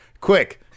Quick